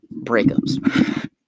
Breakups